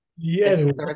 Yes